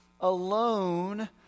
alone